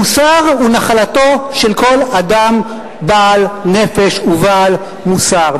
מוסר הוא נחלתו של כל אדם בעל נפש ובעל מוסר.